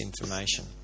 information